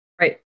Right